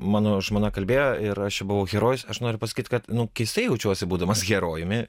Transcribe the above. mano žmona kalbėjo ir aš čia buvau herojus aš noriu pasakyt kad nu keistai jaučiuosi būdamas herojumi